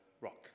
rock